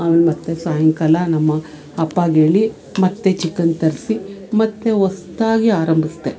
ಆಮೇಲೆ ಮತ್ತು ಸಾಯಂಕಾಲ ನಮ್ಮ ಅಪ್ಪನಿಗೇಳಿ ಮತ್ತು ಚಿಕನ್ ತರಿಸಿ ಮತ್ತು ಹೊಸ್ತಾಗಿ ಆರಂಭಿಸ್ದೆ